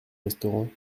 restaurant